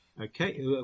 Okay